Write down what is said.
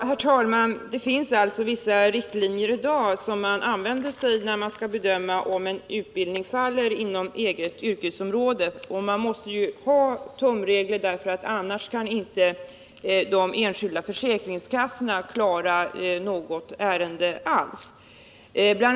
Herr talman! Det finns alltså vissa riktlinjer i dag, som man använder när man skall bedöma om en utbildning faller inom eget yrkesområde. Och man måste ha tumregler. Annars kan inte de enskilda försäkringskassorna klara något ärende alls. Bl.